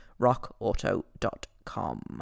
rockauto.com